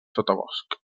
sotabosc